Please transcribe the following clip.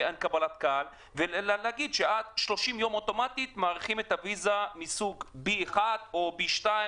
אין קבלת קהל אלא להגיד שמאריכים את הוויזה מסוג B1 ב-30 יום